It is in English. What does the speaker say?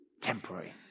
temporary